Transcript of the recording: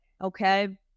Okay